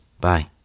Bye